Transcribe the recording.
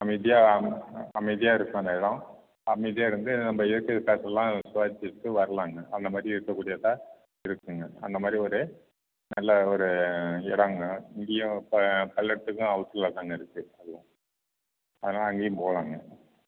அமைதியாக அமைதியாக இருக்கும் அந்த இடம் அமைதியாக இருந்து நம்ம இயற்கை காற்றைலாம் சுவாசிச்சுட்டு வரலாங்க அந்த மாதிரி இருக்கக்கூடியதாக இருக்கும்ங்க அந்த மாதிரி ஒரு நல்ல ஒரு எடங்க இங்கேயும் பல்லடத்துக்கும் அவுட்டருல தான்ங்க இருக்குது அதுவும் அதனால் அங்கேயும் போகலாம்ங்க